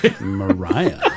Mariah